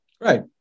Right